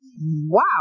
Wow